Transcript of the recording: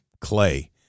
clay